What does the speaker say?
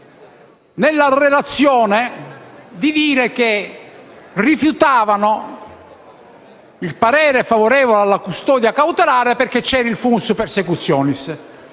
nella relazione che rifiutavano il parere favorevole alla custodia cautelare, perché c'era il *fumus persecutionis*.